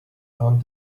found